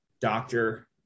doctor